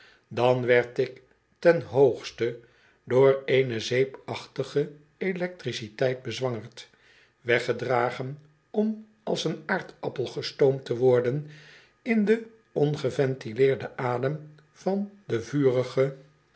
dan werd ik ten hoogste door eene zeepachtige elcctriciteit bezwangerd weggedragen om als een aardappel gestoomd te worden in den ongeventileerden adem van den vurigen